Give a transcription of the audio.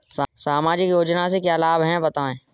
सामाजिक योजना से क्या क्या लाभ हैं बताएँ?